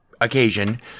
occasion